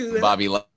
Bobby